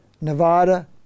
Nevada